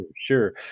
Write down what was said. sure